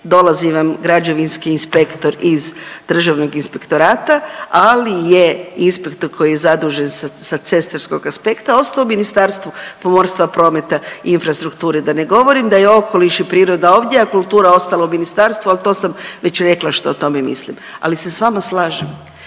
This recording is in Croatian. dolazi vam građevinski inspektor iz državnog inspektorata, ali je inspektor koji je zadužen sa cestarskog aspekta ostao u Ministarstvu pomorstva, prometa i infrastrukture, da ne govorim da je okoliš i priroda ovdje, a kultura ostala u ministarstvu, al to sam već rekla što o tome mislim, ali se s vama slažem.